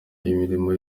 imirimo